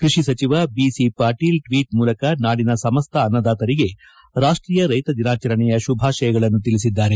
ಕೃಷಿ ಸಚಿವ B C Patil tweet ಮೂಲಕ ನಾಡಿನ ಸಮಸ್ತ ಅನ್ನದಾತರಿಗೆ ರಾಷ್ಟೀಯ ರೈತ ದಿನಾಚರಣೆಯ ಶುಭಾಶಯಗಳನ್ನು ತಿಳಿಸಿದ್ದಾರೆ